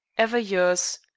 ever yours,